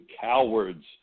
cowards